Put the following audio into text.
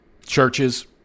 churches